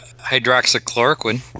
hydroxychloroquine